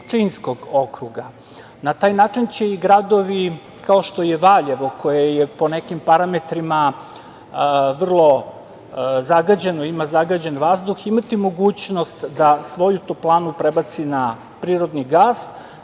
Pčinjskog okruga. Na taj način će i gradovi kao što je Valjevo, koje je po nekim parametrima vrlo zagađeno, ima zagađen vazduh, imati mogućnost da svoju toplanu prebaci na prirodni gas,